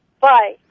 bye